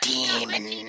Demon